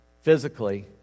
physically